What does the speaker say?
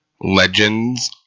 legends